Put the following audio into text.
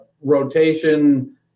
rotation